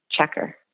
checker